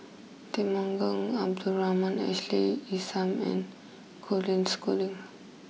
Temenggong Abdul Rahman Ashley Isham and Colin Schooling